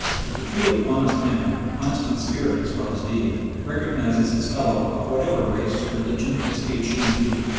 but the truly honest man, honest in spirit as well as deed, recognises his fellow of whatever race, religion, or speech he may be.